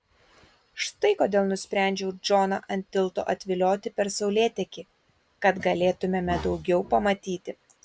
štai kodėl nusprendžiau džoną ant tilto atvilioti per saulėtekį kad galėtumėme daugiau pamatyti